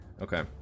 okay